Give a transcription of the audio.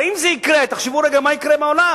הרי אם זה יקרה, תחשבו רגע מה יקרה בעולם.